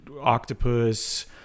octopus